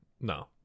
No